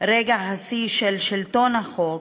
רגע השיא של שלטון החוק,